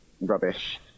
rubbish